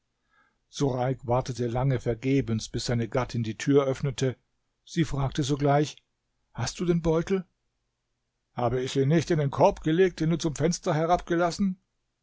sureik wartete lange vergebens bis seine gattin die tür öffnete sie fragte sogleich hast du den beutel habe ich ihn nicht in den korb gelegt den du zum fenster herabgelassen